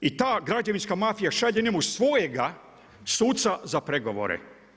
I ta građevinska mafija šalje njemu svojega suca za pregovore.